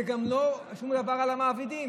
זה גם לא שום דבר על המעבידים.